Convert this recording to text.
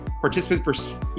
participants